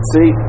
See